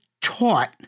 taught